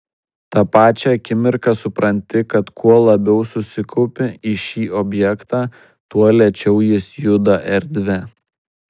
tą pačią akimirką supranti kad kuo labiau susikaupi į šį objektą tuo lėčiau jis juda erdve